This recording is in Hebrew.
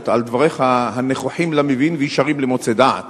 על דבריך הנכוחים למבין וישרים למוצאי דעת.